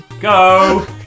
Go